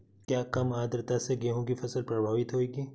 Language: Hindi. क्या कम आर्द्रता से गेहूँ की फसल प्रभावित होगी?